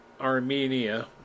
Armenia